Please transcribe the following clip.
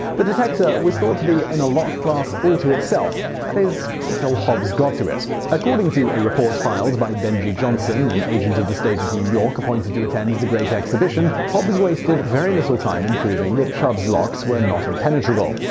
the detector was thought to be in a lock class all to itself. that is, until hobbs got to it. according to a report filed by benji johnson, an agent of the state of new york appointed to attend the great exhibition, hobbs wasted very little time in proving that chubb's locks were not impenetrable.